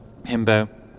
Himbo